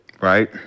right